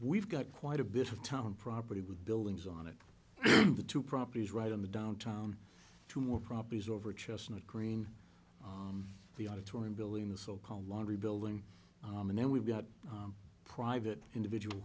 we've got quite a bit of time on property with buildings on it the two properties right in the downtown two more properties over chestnut green the auditorium building the so called laundry building and then we've got private individual